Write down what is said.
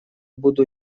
буду